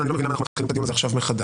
אנחנו לא מתחילים את הדיון הזה עכשיו מחדש.